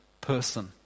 person